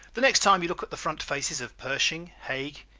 the next time you look at the front faces of pershing, haig,